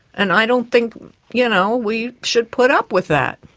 and i don't think you know we should put up with that.